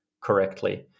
correctly